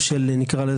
או של עושק,